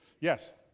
yes?